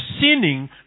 sinning